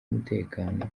umutekano